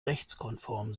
rechtskonform